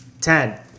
Ten